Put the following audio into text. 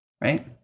right